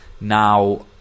Now